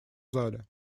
зале